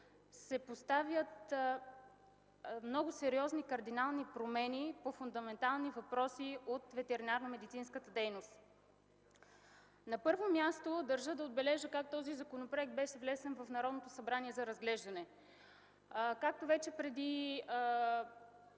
се поставят много сериозни, кардинални промени по фундаментални въпроси от ветеринарномедицинската дейност. На първо място, държа да отбележа как този законопроект беше внесен в Народното събрание